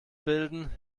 bilden